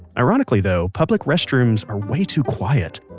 ironically though, public restrooms are way too quiet.